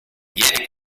viene